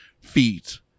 feet